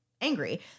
angry